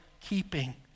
keeping